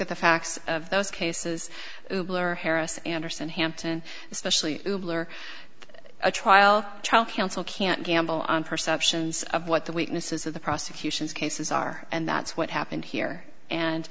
at the facts of those cases or harris anderson hampton especially or a trial trial counsel can't gamble on perceptions of what the weaknesses of the prosecution's cases are and that's what happened here